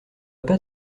pas